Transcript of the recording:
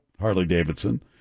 Harley-Davidson